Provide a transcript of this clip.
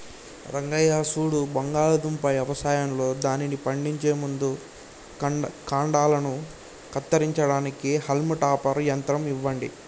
రంగయ్య సూడు బంగాళాదుంప యవసాయంలో దానిని పండించే ముందు కాండలను కత్తిరించడానికి హాల్మ్ టాపర్ యంత్రం ఇవ్వండి